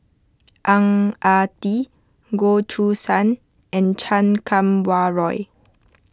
Ang Ah Tee Goh Choo San and Chan Kum Wah Roy